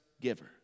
giver